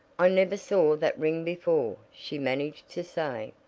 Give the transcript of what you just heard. i never saw that ring before, she managed to say.